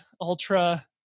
Ultra